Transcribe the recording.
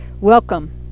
Welcome